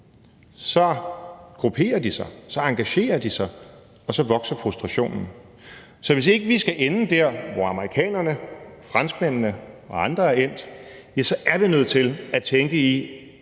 så grupperer de sig, så engagerer sig, og så vokser frustrationen. Så hvis ikke vi skal ende der, hvor amerikanerne, franskmændene og andre er endt, ja, så er vi nødt til at tænke i